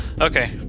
Okay